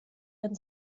ein